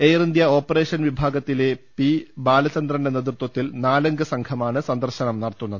Air India operation വിഭാഗത്തിലെ P ബാലചന്ദ്രന്റെ നേതൃത്വത്തിൽ നാലംഗ സംഘമാണ് സന്ദർശനം നടത്തുന്നത്